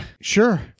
sure